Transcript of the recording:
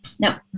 No